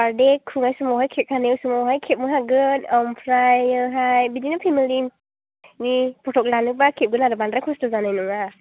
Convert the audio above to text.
birthday खुंनाय समावहाय cake हानाय समावहाय खेबनो हागोन ओमफ्रायोहाय बिदिनो फेमिलिनि फट' लानोब्ला खेबगोन आरो बांद्राय खस्थ' जानाय नङा